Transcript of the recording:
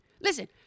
Listen